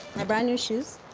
my brand-new shoes.